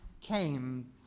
came